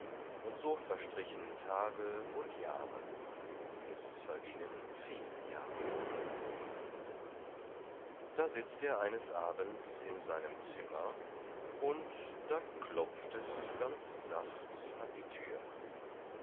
und so verstrichen tage und jahre es vergingen viele jahre da sitzt er eines abends in seinem zimmer und da klopft es ganz sacht an die thür